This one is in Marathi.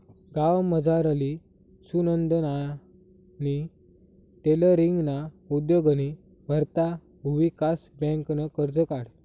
गावमझारली सुनंदानी टेलरींगना उद्योगनी करता भुविकास बँकनं कर्ज काढं